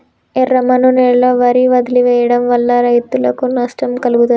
ఎర్రమన్ను నేలలో వరి వదిలివేయడం వల్ల రైతులకు నష్టం కలుగుతదా?